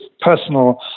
personal